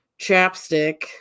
chapstick